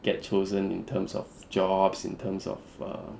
get chosen in terms of jobs in terms of err